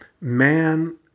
man